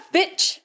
Bitch